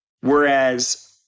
whereas